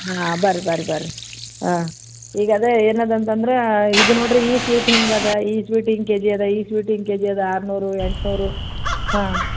ಹಾಂ ಬರ್ರಿ ಬರ್ರಿ ಬರ್ರಿ ಹಾಂ ಈಗ ಅದೇ ಏನು ಅದು ಅಂತ ಅಂದ್ರೆ ಇದು ನೋಡಿರಿ ಈ ಸ್ವೀಟ್ ಹಿಂಗಿದೆ ಈ ಸ್ವೀಟ್ ಹಿಂಗೆ ಕೆ ಜಿ ಅದ ಈ ಸ್ವೀಟ್ ಹಿಂಗೆ ಕೆ ಜಿ ಅದ ಆರುನೂರು ಎಂಟುನೂರು ಹಾಂ